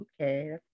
Okay